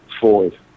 forward